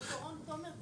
ד"ר רון תומר,